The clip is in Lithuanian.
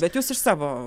bet jūs iš savo